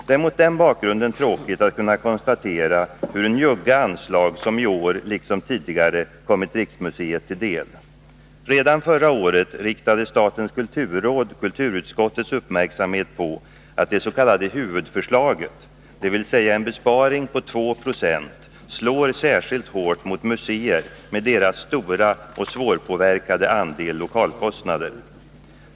Det är mot den bakgrunden tråkigt att kunna konstatera hur njugga de anslag är som i år, liksom tidigare, kommit Riksmuseet till del. Redan förra året riktade statens kulturråd kulturutskottets uppmärksamhet på att dets.k. huvudförslaget, dvs. en besparing på 2 20, slår särskilt hårt mot museer, med deras stora och svårpåverkade andel lokalkostnader.